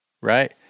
right